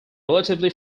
relatively